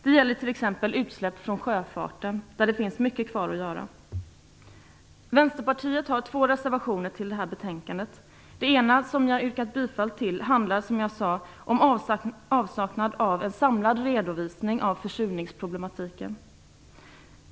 Det gäller t.ex. utsläpp från sjöfarten där det finns mycket kvar att göra. Vänsterpartiet har två reservationer till det här betänkandet. Den ena - reservation nr 3 som jag redan yrkat bifall till - handlar, som sagt, om avsaknaden av en samlad redovisning av försurningsproblematiken.